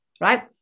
right